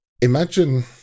imagine